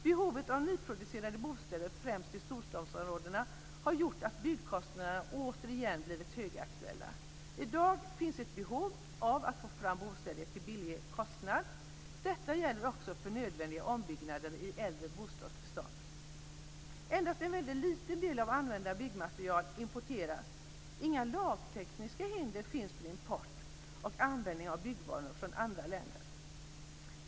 Behovet av nyproducerade bostäder främst i storstadsområdena har gjort att byggkostnaderna återigen blivit högaktuella. I dag finns ett behov av att få fram bostäder till lägre kostnad. Detta gäller också för nödvändiga ombyggnader i äldre bostadsbestånd. Endast en väldigt liten del av det använda byggmaterialet importeras. Inga lagtekniska hinder finns för import och användning av byggvaror från andra länder.